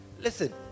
Listen